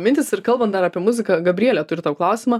mintys ir kalbant dar apie muziką gabrielė turi tau klausimą